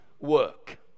work